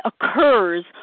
occurs